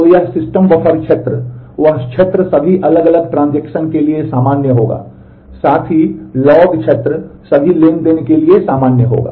तो यह system buffer क्षेत्र वह क्षेत्र सभी अलग अलग ट्रांज़ैक्शन के लिए सामान्य होगा साथ ही लॉग क्षेत्र सभी ट्रांज़ैक्शन के लिए सामान्य होगा